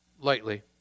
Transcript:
lightly